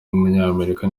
w’umunyamerika